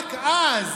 רק אז,